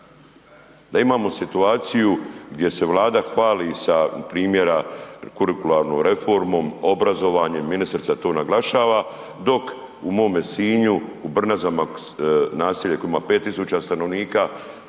Da imamo situaciju gdje se Vladi sa primjera kurikularnom reformom, obrazovanjem, ministrica to naglašava dok u mome Sinju, u Brnazama naselje koje ima 5000 stanovnika,